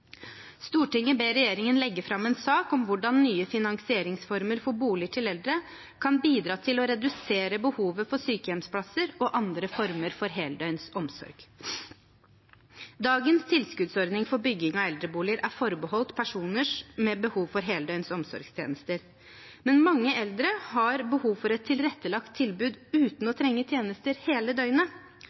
ber regjeringen legge fram en sak om hvordan nye finansieringsformer for boliger til eldre kan bidra til å redusere behovet for sykehjemsplasser og andre former for heldøgns omsorg.» Dagens tilskuddsordning for bygging av eldreboliger er forbeholdt personer med behov for heldøgns omsorgstjenester, men mange eldre har behov for et tilrettelagt tilbud uten å trenge tjenester hele døgnet.